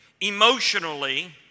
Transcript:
emotionally